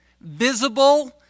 visible